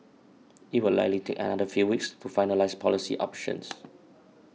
it will likely take another few weeks to finalise policy options